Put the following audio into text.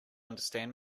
understand